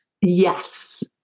Yes